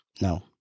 No